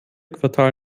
quartal